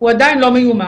עדיין לא מיומן.